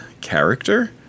character